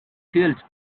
killed